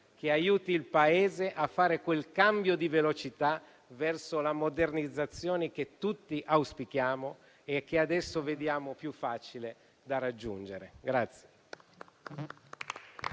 che aiuti il Paese a fare quel cambio di velocità verso la modernizzazione che tutti auspichiamo e che adesso vediamo più facile da raggiungere.